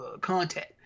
contact